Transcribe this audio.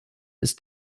ist